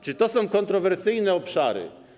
Czy to są kontrowersyjne obszary?